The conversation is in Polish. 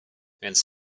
więc